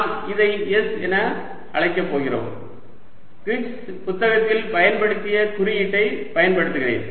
நாம் இதை s என்று அழைக்கப் போகிறோம் கிரிஃபித்ஸ் புத்தகத்தில் பயன்படுத்திய குறியீட்டைப் பயன்படுத்துகிறேன்